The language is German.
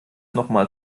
nochmal